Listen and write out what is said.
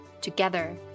together